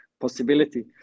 possibility